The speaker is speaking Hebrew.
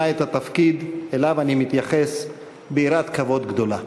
את התפקיד שאני מתייחס אליו ביראת כבוד גדולה.